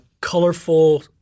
colorful